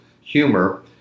humor